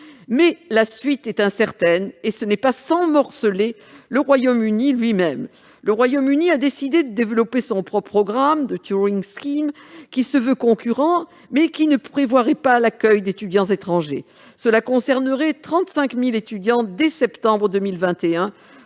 Mais la suite est incertaine, ce qui n'est pas sans morceler le Royaume-Uni lui-même. Le pays a décidé de développer son propre programme, le qui se veut concurrent, mais ne prévoirait pas l'accueil d'étudiants étrangers. Il concernerait 35 000 étudiants dès septembre 2021,